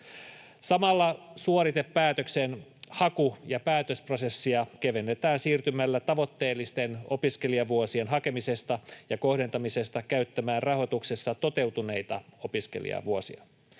Samalla suoritepäätöksen haku- ja päätösprosessia kevennetään siirtymällä tavoitteellisten opiskelijavuosien hakemisesta ja kohdentamisesta käyttämään rahoituksessa toteutuneita opiskelijavuosia.